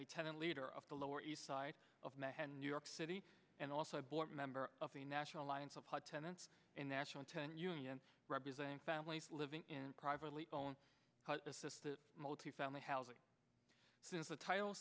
a tenant leader of the lower east side of manhattan new york city and also a board member of the national alliance of hud tenants in national ten unions representing families living in privately owned assisted multifamily housing since the title